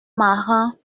marin